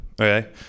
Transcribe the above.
okay